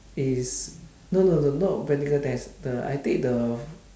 is no no no not practical test the I take the